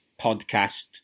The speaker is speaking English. podcast